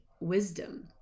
wisdom